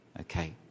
okay